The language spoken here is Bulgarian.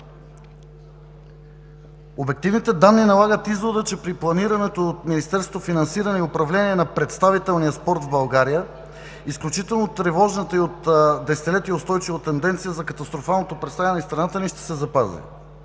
Обективните данни налагат извода, че при планирането от Министерството финансиране и управление на представителния спорт в България изключително тревожната и от десетилетие устойчива тенденция за катастрофалното представяне на страната ни ще са запази.